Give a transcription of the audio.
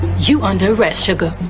you under arrest, sugar.